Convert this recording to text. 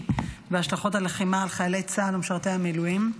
והשלכות הלחימה על חיילי צה"ל ומשרתי המילואים.